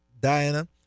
Diana